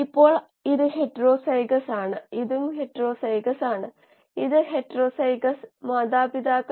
ഇത് ആദ്യത്തെ ഏകദേശ കണക്ക് മാത്രമാണ് ഇത് എല്ലായ്പ്പോഴും സാധുവല്ല